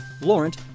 Laurent